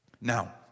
Now